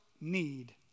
need